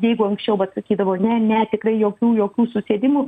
jeigu anksčiau vat sakydavo ne ne tikrai jokių jokių susėdimų